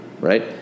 Right